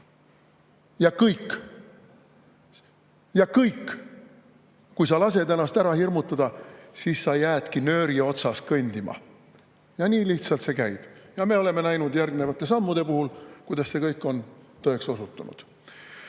Ja kõik! Kui sa lased ennast ära hirmutada, siis sa jäädki nööri otsas kõndima. Ja nii lihtsalt see käibki. Me oleme näinud järgnevate sammude puhul, kuidas see kõik on tõeks osutunud.